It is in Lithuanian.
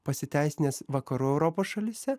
pasiteisinęs vakarų europos šalyse